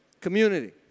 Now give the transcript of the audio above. community